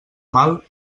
mal